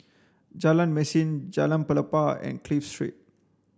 Jalan Mesin Jalan Pelepah and Clive Street